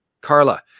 Carla